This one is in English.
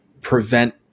prevent